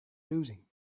losing